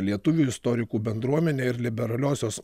lietuvių istorikų bendruomenė ir liberaliosios